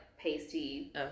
pasty